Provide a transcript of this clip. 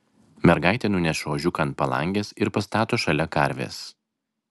mergaitė nuneša ožiuką ant palangės ir pastato šalia karvės